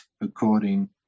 according